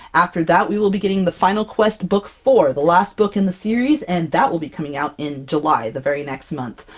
after that we will be getting the final quest book four, the last book in the series, and that will be coming out in july, the very next month!